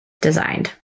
designed